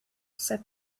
said